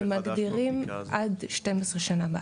הם מגדירים עד 12 שנה בארץ.